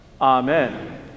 amen